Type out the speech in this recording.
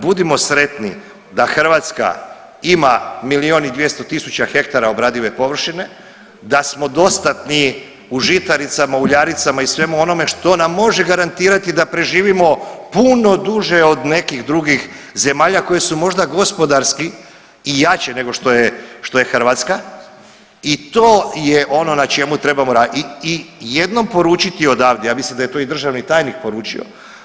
Budimo sretni da Hrvatska ima milijun i 200 tisuća hektara obradive površine, da smo dostatni u žitaricama, uljaricama i svemu onome što nam može garantirati da preživimo puno duže od nekih drugih zemalja koje su možda gospodarski i jače nego što je, što je Hrvatska i to je ono na čemu trebamo radit i jednom poručiti odavde, ja mislim da je to i državni tajnik poručio.